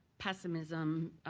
pessimism,